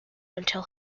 until